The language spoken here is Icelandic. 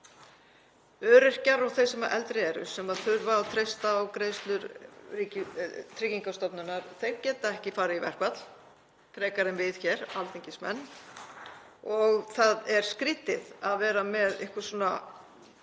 Öryrkjar og þeir sem eldri eru, sem þurfa að treysta á greiðslur Tryggingastofnunar, geta ekki farið í verkfall frekar við hér, alþingismenn. Það er skrýtið að vera með einhver